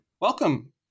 Welcome